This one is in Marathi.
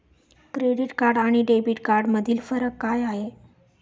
क्रेडिट कार्ड आणि डेबिट कार्डमधील फरक काय आहे?